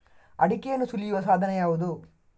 ಅಡಿಕೆಯನ್ನು ಸುಲಿಯುವ ಸಾಧನ ಯಾವುದು?